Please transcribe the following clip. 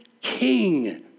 king